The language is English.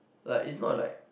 like it's not like